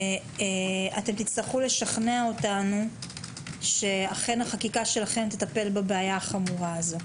אתם תצטרכו לשכנע אותנו שאכן החקיקה שלכם תטפל בבעיה החמורה הזו.